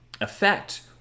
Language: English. effect